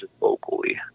locally